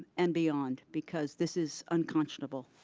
and beyond because this is unconscionable.